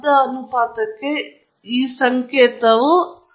ಆದ್ದರಿಂದ ನಾವು ಈ ಸಂಕೇತವನ್ನು ಬಳಸುತ್ತೇವೆ